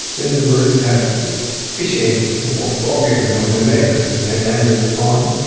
then the birds have fish eggs or frog eggs on their legs when they land in the pond,